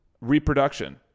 reproduction